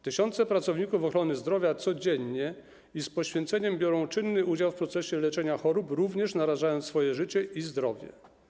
Tysiące pracowników ochrony zdrowia codziennie i z poświęceniem biorą czynny udział w procesie leczenia chorób, również narażając swoje życie i zdrowie.